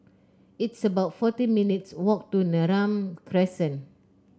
it's about forty minutes' walk to Neram Crescent